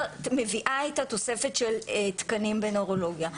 מביאה את התוספת של תקנים בנוירולוגיה.